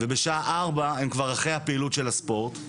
ובשעה ארבע הם כבר אחרי הפעילות של הספורט,